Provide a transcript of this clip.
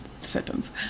sentence